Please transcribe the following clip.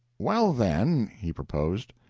well, then, he proposed,